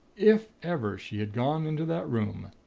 if ever she had gone into that room.